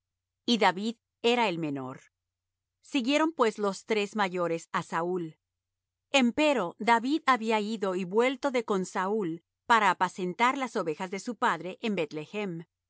y david era el menor siguieron pues los tres mayores á saúl empero david había ido y vuelto de con saúl para apacentar las ovejas de su padre en